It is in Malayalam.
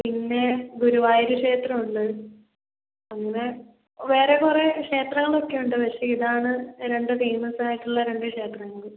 പിന്നേ ഗുരുവായൂര് ക്ഷേത്രമുണ്ട് അങ്ങനെ വേറെ കുറെ ക്ഷേത്രങ്ങളൊക്കെയുണ്ട് പക്ഷേ ഇതാണ് രണ്ട് ഫേമസായിട്ടുള്ള രണ്ട് ക്ഷേത്രങ്ങള്